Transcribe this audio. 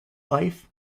life